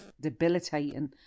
debilitating